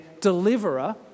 deliverer